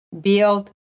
build